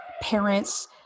parents